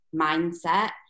mindset